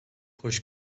hoş